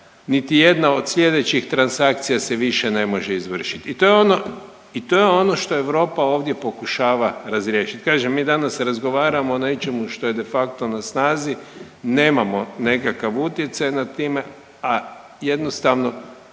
niti jedna od sljedećih transakcija se više ne može izvršiti. I to je ono što Europa ovdje pokušava razriješiti. Kažem, mi danas razgovaramo o nečemu što je de facto na snazi, nemamo nekakav utjecaj nad time, a jednostavno